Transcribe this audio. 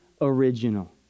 original